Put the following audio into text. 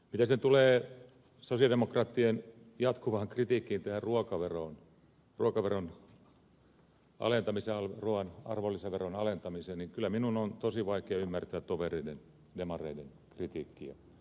mitä sitten tulee sosialidemokraattien jatkuvaan kritiikkiin tätä ruokaveron alentamista ruuan arvonlisäveron alentamista kohtaan niin kyllä minun on tosi vaikea ymmärtää tovereiden demareiden kritiikkiä